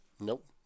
Nope